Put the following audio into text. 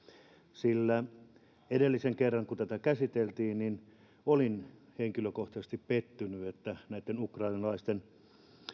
sillä edellisen kerran kun tätä käsiteltiin niin olin henkilökohtaisesti pettynyt että näitten ukrainalaisten